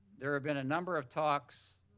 there had been a number of talks